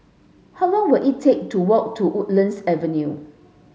how long will it take to walk to Woodlands Avenue